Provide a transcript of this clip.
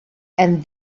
and